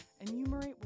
Enumerate